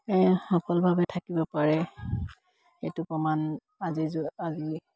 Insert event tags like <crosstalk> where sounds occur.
সকলভাৱে থাকিব পাৰে সেইটো প্ৰমান আজি <unintelligible>